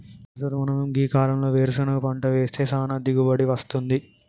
అసలు మనం గీ కాలంలో వేరుసెనగ పంట వేస్తే సానా దిగుబడి అస్తుంది